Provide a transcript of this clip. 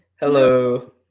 Hello